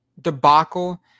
debacle